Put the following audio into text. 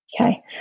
Okay